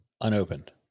Unopened